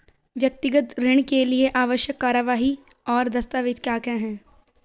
व्यक्तिगत ऋण के लिए आवश्यक कार्यवाही और दस्तावेज़ क्या क्या हैं?